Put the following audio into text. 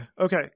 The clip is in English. Okay